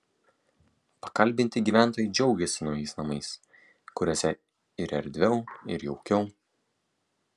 pakalbinti gyventojai džiaugėsi naujais namais kuriuose ir erdviau ir jaukiau